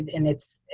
and it's,